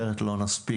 אחרת לא נספיק,